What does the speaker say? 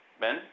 Ben